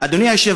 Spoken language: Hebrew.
תקף